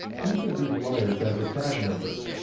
each of these wires has a tag number.